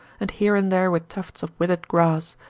and here and there with tufts of withered grass,